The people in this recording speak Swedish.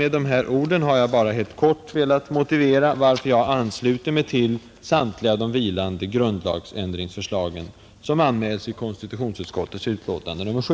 Med dessa ord har jag bara helt kort velat motivera varför jag ansluter mig till samtliga vilande grundlagsändringsförslag som anmäles i konstitutionsutskottets betänkande nr 7.